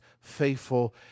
faithful